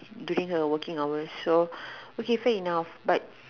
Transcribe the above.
during her working hours so okay fair enough but